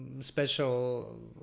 special